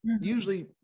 usually